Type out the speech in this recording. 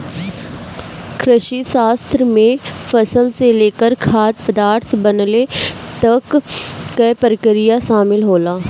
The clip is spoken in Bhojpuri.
कृषिशास्त्र में फसल से लेकर खाद्य पदार्थ बनले तक कअ प्रक्रिया शामिल होला